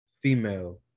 female